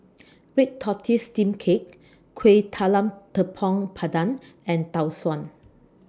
Red Tortoise Steamed Cake Kueh Talam Tepong Pandan and Tau Suan